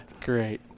Great